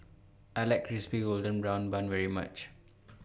I like Crispy Golden Brown Bun very much